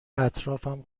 اطرافم